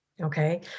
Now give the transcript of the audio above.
Okay